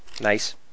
Nice